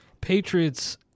patriots